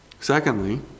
Secondly